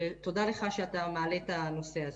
ותודה לך שאתה מעלה את הנושא הזה.